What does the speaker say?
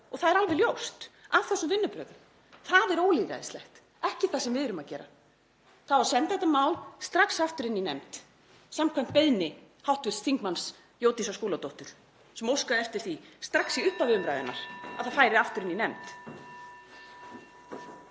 Það er alveg ljóst af þessum vinnubrögðum. Það er ólýðræðislegt, ekki það sem við erum að gera. Það á að senda þetta mál strax aftur inn í nefnd samkvæmt beiðni hv. þm. Jódísar Skúladóttur sem óskaði eftir því strax í upphafi umræðunnar að það færi aftur inn í nefnd.